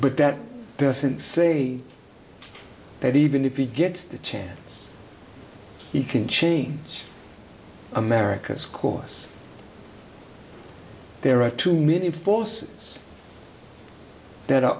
but that doesn't say but even if he gets the chance he can change america's course there are too many forces that are